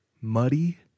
muddy